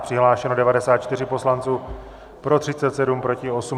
Přihlášeno 94 poslanců, pro 37, proti 8.